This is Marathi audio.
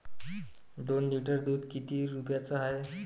दोन लिटर दुध किती रुप्याचं हाये?